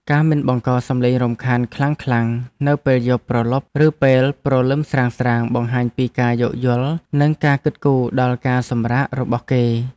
ការមិនបង្កសំឡេងរំខានខ្លាំងៗនៅពេលយប់ព្រលប់ឬពេលព្រលឹមស្រាងៗបង្ហាញពីការយោគយល់និងការគិតគូរដល់ការសម្រាករបស់គេ។